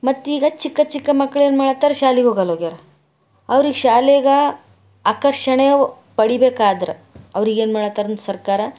ಮತ್ತೀಗ ಚಿಕ್ಕ ಚಿಕ್ಕ ಮಕ್ಳು ಏನು ಮಾಡಾತ್ತಾರ ಶಾಲೆಗೆ ಹೋಗಲ್ಲೋಗ್ಯಾರ ಅವ್ರಿಗೆ ಶಾಲೆಗೆ ಆಕರ್ಷಣೆ ಪಡೀಬೇಕಾದ್ರ ಅವ್ರಿಗೆ ಏನು ಮಾಡತ್ತಾರ ಸರ್ಕಾರ